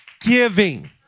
giving